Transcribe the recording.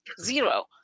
zero